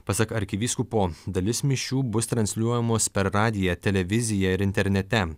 pasak arkivyskupo dalis mišių bus transliuojamos per radiją televiziją ir internete